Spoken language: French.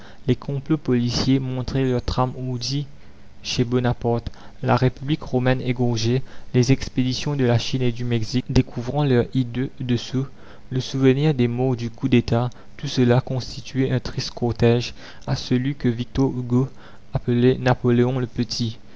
les complots policiers montraient leur trame ourdie chez bonaparte la république romaine égorgée les expéditions de la chine et du mexique découvrant leurs hideux dessous le souvenir des morts du coup d'état tout cela constituait un triste cortège à celui que victor hugo appelait napoléon le petit